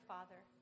Father